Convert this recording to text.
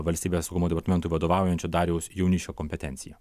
valstybės saugumo departamentui vadovaujančio dariaus jauniškio kompetencija